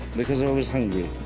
because i was hungry.